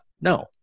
No